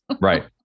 Right